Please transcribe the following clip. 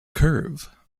curve